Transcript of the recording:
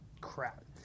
crap